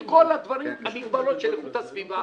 את כל הדברים, המגבלות של איכות הסביבה.